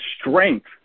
strength